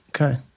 Okay